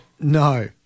No